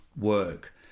work